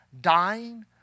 dying